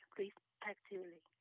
respectively